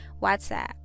whatsapp